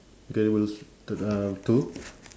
incredibles t~ uh two